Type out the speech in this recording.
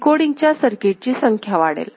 डिकोडिंगच्या सर्किटची संख्या वाढेल